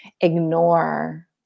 ignore